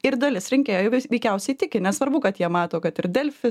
ir dalis rinkėjų veikiausiai tiki nesvarbu kad jie mato kad ir delfi